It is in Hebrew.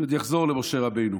אני עוד אחזור למשה רבנו,